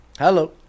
Hello